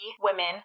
women